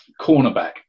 cornerback